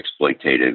exploitative